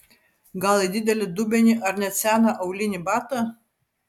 gal į didelį dubenį ar net seną aulinį batą